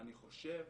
אני חושב